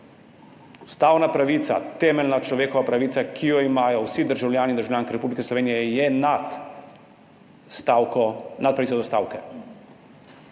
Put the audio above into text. Ustavna pravica, temeljna človekova pravica, ki jo imajo vsi državljani in državljanke Republike Slovenije, je nad pravico do stavke.